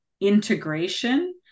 Integration